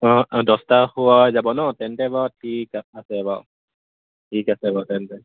অঁ দহটা যাব ন তেন্তে বাৰু ঠিক আছে বাৰু ঠিক আছে বাৰু তেন্তে